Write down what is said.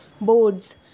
boards